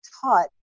taught